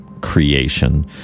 creation